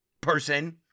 person